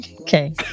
okay